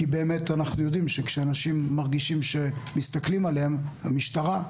כי באמת אנחנו יודעים שכשאנשים מרגישים שמסתכלים עליהם המשטרה,